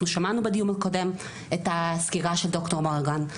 אנחנו שמענו בדיון הקודם את הסקירה של ד"ר מורגן,